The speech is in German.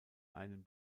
einem